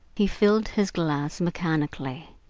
he filled his glass mechanically.